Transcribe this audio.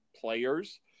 players